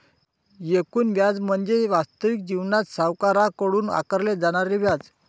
एकूण व्याज म्हणजे वास्तविक जीवनात सावकाराकडून आकारले जाणारे व्याज